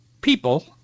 people